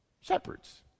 Shepherds